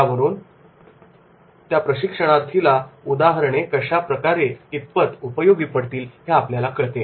यावरून त्या प्रशिक्षणार्थीला ती उदाहरणे कितपत उपयोगी पडतील हे आपल्याला कळते